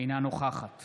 אינה נוכחת